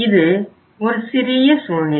இது ஒரு சிறிய சூழ்நிலை